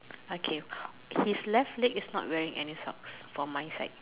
okay his left leg is not wearing any socks for my side